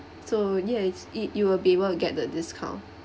so yes it you will be able to get the discount